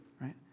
right